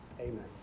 Amen